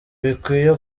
bikwiye